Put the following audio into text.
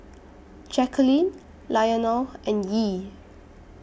Jacalyn Lionel and Yee